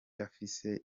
afise